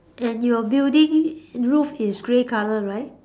and your building roof is grey colour right